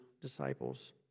disciples